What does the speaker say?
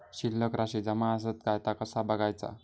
शिल्लक राशी जमा आसत काय ता कसा बगायचा?